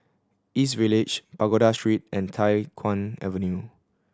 East Village Pagoda Street and Tai Hwan Avenue